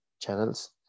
channels